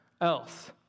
else